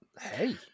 Hey